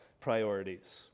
priorities